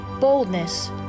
boldness